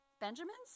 Benjamins